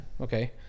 Okay